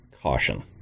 caution